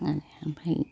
ओमफ्राय